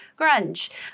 grunge